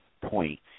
point